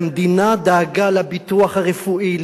והמדינה דאגה לביטוח הרפואי,